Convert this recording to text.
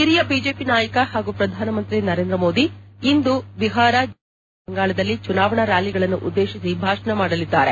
ಹಿರಿಯ ಬಿಜೆಪಿ ನಾಯಕ ಹಾಗೂ ಪ್ರಧಾನಮಂತ್ರಿ ನರೇಂದ್ರಮೋದಿ ಇಂದು ಬಿಹಾರ ಜಾರ್ಖಂಡ್ ಹಾಗೂ ಪಶ್ಚಿಮಬಂಗಾಳದಲ್ಲಿ ಚುನಾವಣಾ ರ್ಜಾಲಿಗಳನ್ನು ಉದ್ದೇಶಿಸಿ ಭಾಷಣ ಮಾಡಲಿದ್ದಾರೆ